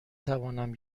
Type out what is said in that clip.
توانم